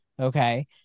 Okay